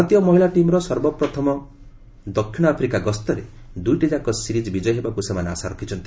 ଭାରତୀୟ ମହିଳା ଟିମ୍ର ସର୍ବପ୍ରଥମ ଦକ୍ଷିଣ ଆଫ୍ରିକା ଗସ୍ତରେ ଦୁଇଟିଯାକ ସିରିଜ୍ ବିଜୟୀ ହେବାକୁ ସେମାନେ ଆଶା ରଖିଛନ୍ତି